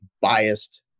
biased